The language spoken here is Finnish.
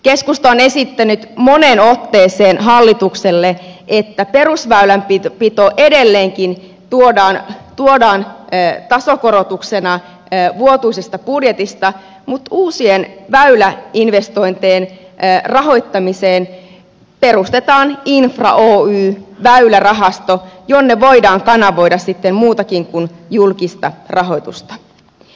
keskusta on esittänyt moneen otteeseen hallitukselle että perusväylänpito edelleenkin tuodaan tasokorotuksena vuotuisesta budjetista mutta uusien väyläinvestointien rahoittamiseen perustetaan infra oy väylärahasto jonne voidaan kanavoida sitten muutakin kuin julkista rahoitusta